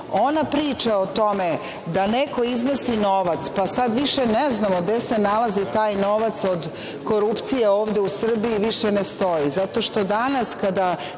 ona priča o tome da neko iznosi novac, pa sada više ne znamo gde se nalazi taj novac od korupcije ovde u Srbiji, više ne stoji,